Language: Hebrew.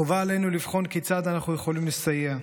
חובה עלינו לבחון כיצד אנחנו יכולים לסייע,